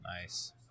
Nice